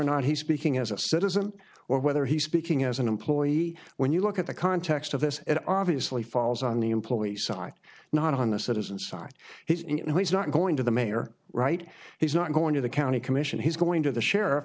not he's speaking as a citizen or whether he's speaking as an employee when you look at the context of this it obviously falls on the employee side not on the citizen side he's not going to the mayor right he's not going to the county commission he's going to the sheriff